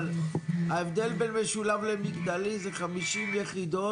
אבל ההבדל בין משולב למגדלי זה 50 יחידות,